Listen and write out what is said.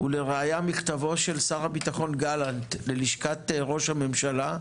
ולראייה מכתבו של שר הביטחון גלנט ללשכת ראש הממשלה,